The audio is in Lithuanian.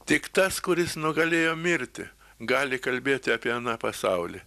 tik tas kuris nugalėjo mirtį gali kalbėti apie aną pasaulį